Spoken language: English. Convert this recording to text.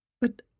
But